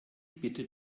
bitte